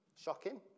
Shocking